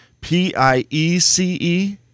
P-I-E-C-E